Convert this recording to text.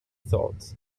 thought